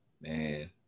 man